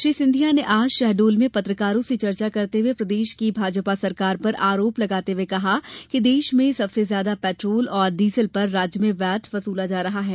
श्री सिंधिया ने आज शहडोल में पत्रकारों से चर्चा करते हुए प्रदेश की भाजपा सरकार पर आरोप लगाते हुए कहा कि देश में सबसे ज्यादा पेट्रोल और डीजल पर राज्य में वेट वसूला जा रहा है